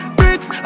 bricks